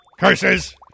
Curses